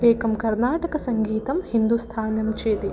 एकं कर्नाटकसङ्गीतं हिन्दूस्थानं चेत्